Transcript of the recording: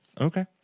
Okay